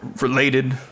related